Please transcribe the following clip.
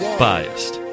biased